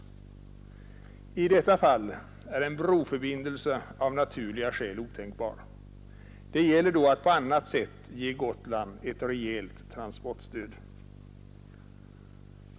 I detta fall är en broförbindelse av naturliga skäl otänkbar. Det gäller då att på annat sätt ge Gotland ett rejält trafikstöd.